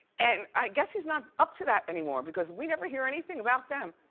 and i guess he's not up to that anymore because we never hear anything about them.